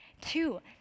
Two